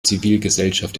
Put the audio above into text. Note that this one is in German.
zivilgesellschaft